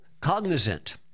cognizant